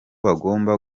bagomba